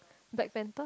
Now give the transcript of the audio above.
Black-Panther